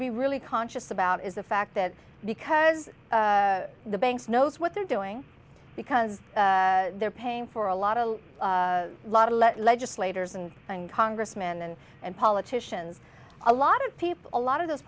be really conscious about is the fact that because the banks knows what they're doing because they're paying for a lot a lot of let legislators and congressman and politicians a lot of people a lot of those